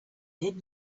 did